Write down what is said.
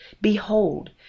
Behold